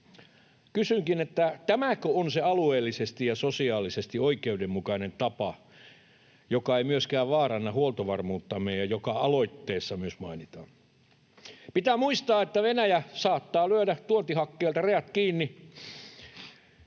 Kysynkin: tämäkö on se alueellisesti ja sosiaalisesti oikeudenmukainen tapa, joka ei myöskään vaaranna huoltovarmuuttamme ja joka aloitteessa myös mainitaan? Pitää muistaa, että Venäjä saattaa lyödä tuontihakkeelta rajat kiinni.